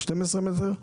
12 מ"ר?